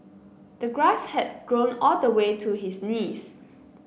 the grass had grown all the way to his knees